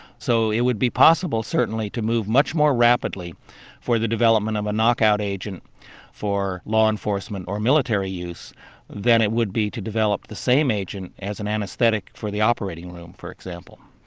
so it would be possible certainly to move much more rapidly for the development of a knockout agent for law enforcement or military use than it would be to develop the same agent as an anaesthetic for the operating room, for example.